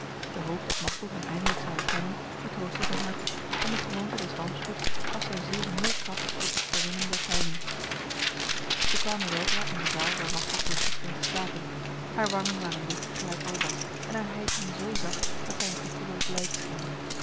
de hoop dat machteld hem eindelijk zou herkennen vertroostte zijn hart en de gewoonte des rampspoeds gaf zijn ziel meer kracht tot het verwinnen der pijnen zij kwamen weldra in de zaal waar machteld rustig scheen te slapen haar wangen waren wit gelijk albast en haar hijgingen zo zacht dat zij een gevoelloos